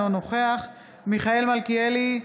אינו נוכח מיכאל מלכיאלי,